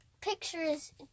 Pictures